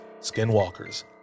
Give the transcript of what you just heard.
skinwalkers